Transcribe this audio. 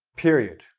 period.